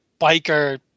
biker